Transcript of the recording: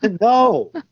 No